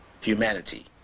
humanity